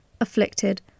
Afflicted